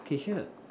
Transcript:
K sure